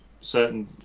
certain